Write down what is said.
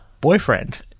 boyfriend